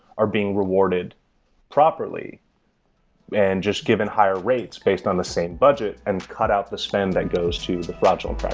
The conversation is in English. are being rewarded properly and just given higher rates based on the same budget and cut out the spend that goes to the fraudulent